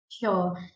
Sure